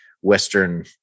Western